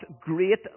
great